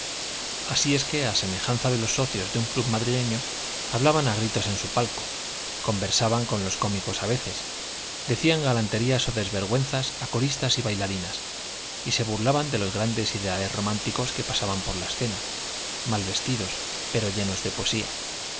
así es que a semejanza de los socios de un club madrileño hablaban a gritos en su palco conversaban con los cómicos a veces decían galanterías o desvergüenzas a coristas y bailarinas y se burlaban de los grandes ideales románticos que pasaban por la escena mal vestidos pero llenos de poesía